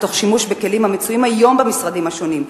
תוך שימוש בכלים המצויים היום במשרדים השונים,